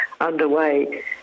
underway